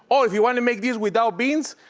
or, if you want to make these without beans,